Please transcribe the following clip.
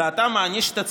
ואתה מעניש את עצמך?